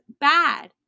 bad